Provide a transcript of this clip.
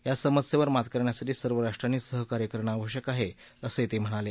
या समस्येवर मात करण्यासाठी सर्व राष्ट्रांनी सहकार्य करणं आवश्यक आहे असंही ते म्हणाले